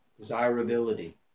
desirability